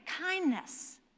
kindness